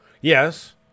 yes